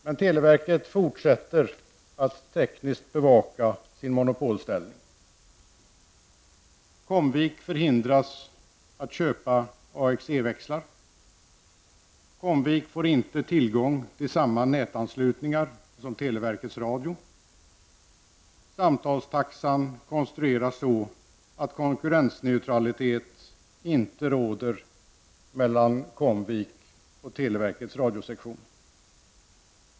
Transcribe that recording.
Men televerket fortsätter att tekniskt bevaka sin monopolställning. Comvik förhindras att köpa Samtalstaxan konstrueras så att konkurrensneutralitet inte råder mellan Comvik och televerkets radiosektion.